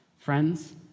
Friends